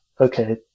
okay